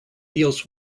deals